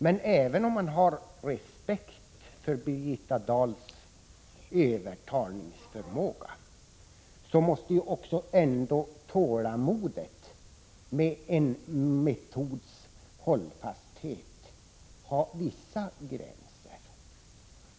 Men även om man har respekt för Birgitta Dahls övertalningsförmåga, måste ju ändå tålamodet när det gäller en metods hållfasthet ha vissa gränser.